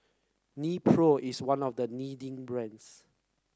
Nepro is one of the leading brands